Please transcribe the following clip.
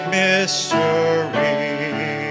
mystery